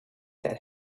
that